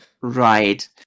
Right